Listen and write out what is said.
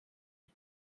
зөв